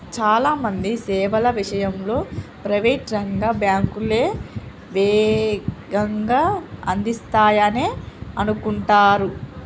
చాలా మంది సేవల విషయంలో ప్రైవేట్ రంగ బ్యాంకులే వేగంగా అందిస్తాయనే అనుకుంటరు